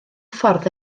ffordd